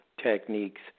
techniques